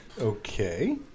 Okay